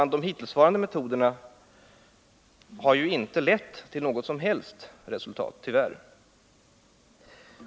Men de hittillsvarande metoderna har ju inte lett till något Tisdagen den som helst resultat, tyvärr.